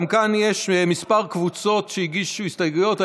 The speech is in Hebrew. גם כאן יש כמה קבוצות שהגישו הסתייגויות.